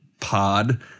pod